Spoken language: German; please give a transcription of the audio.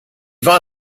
war